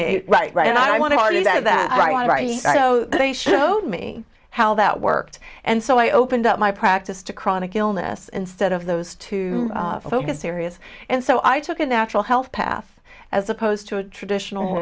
me right and i want to argue that i am right so they showed me how that worked and so i opened up my practice to chronic illness instead of those two focus areas and so i took a natural health path as opposed to a traditional